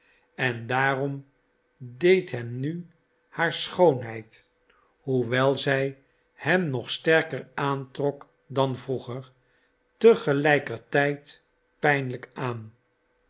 en daarom deed hem nu haar schoonheid hoewel zij hem nog sterker aantrok dan vroeger te gelijkertijd pijnlijk aan